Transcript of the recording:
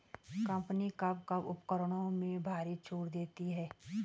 Company कब कब उपकरणों में भारी छूट देती हैं?